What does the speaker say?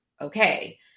okay